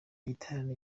giterane